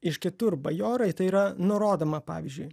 iš kitur bajorai tai yra nurodoma pavyzdžiui